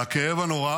והכאב הנורא